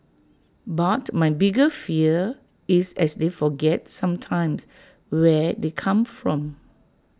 but my bigger fear is as they forget sometimes where they come from